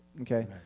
Okay